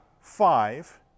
five